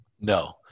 No